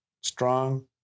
strong